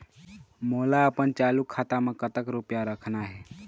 मोला अपन चालू खाता म कतक रूपया रखना हे?